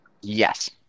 Yes